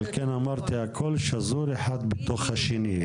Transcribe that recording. על כן אמרתי שהכול שזור אחד בתוך השני.